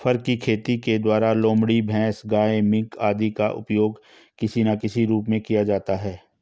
फर की खेती के द्वारा लोमड़ी, भैंस, गाय, मिंक आदि का उपयोग किसी ना किसी रूप में किया जाता है